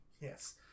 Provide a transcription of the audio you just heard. Yes